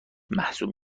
محسوب